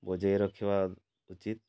ବଜେଇ ରଖିବା ଉଚିତ